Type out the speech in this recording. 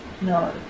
No